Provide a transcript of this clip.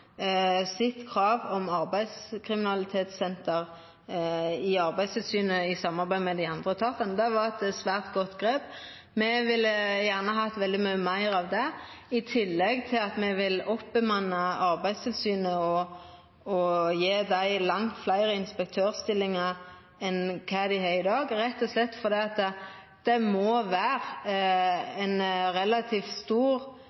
om arbeidslivskriminalitetssenter i Arbeidstilsynet i samarbeid med dei andre etatane. Det var eit svært godt grep. Me ville gjerne hatt veldig mykje meir av det, i tillegg til at me vil oppbemanna Arbeidstilsynet og gje dei langt fleire inspektørstillingar enn dei har i dag, rett og slett fordi det må vera ein relativt stor